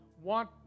want